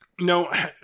No